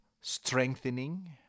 strengthening